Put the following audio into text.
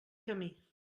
camí